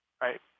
right